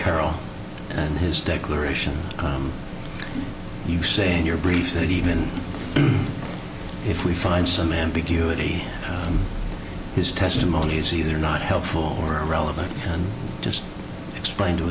carroll and his declaration you say in your brief that even if we find some ambiguity his testimony is either not helpful or relevant just explain to